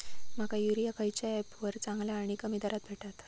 माका युरिया खयच्या ऍपवर चांगला आणि कमी दरात भेटात?